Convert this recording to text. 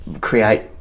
create